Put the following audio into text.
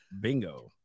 Bingo